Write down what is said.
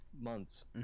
months